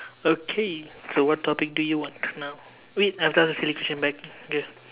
okay so what topic do you want now wait I've to ask the silly question back okay